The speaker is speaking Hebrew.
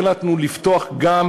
החלטנו לפתוח גם,